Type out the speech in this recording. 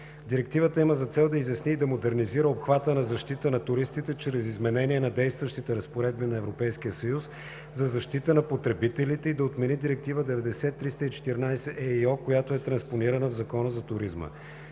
Директива 2015/2302 има за цел да изясни и да модернизира обхвата на защитата на туристите чрез изменение на действащите разпоредби на Европейския съюз за защита на потребителите и да отмени Директива 90/314/ЕИО, която е транспонирана в Закона за туризма.